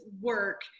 work